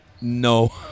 No